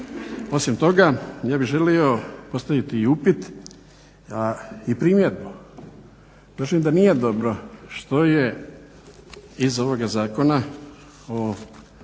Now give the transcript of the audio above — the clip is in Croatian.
osim toga ja bih želio postaviti i upit, a i primjedbu, držim da nije dobro što je iz ovoga Zakona o potpori